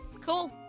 Cool